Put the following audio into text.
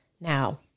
Now